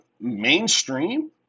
mainstream